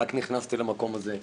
רק נכנסתי למקום הזה.